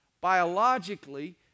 Biologically